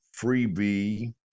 Freebie